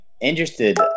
interested